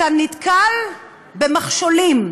ואתה נתקל במכשולים,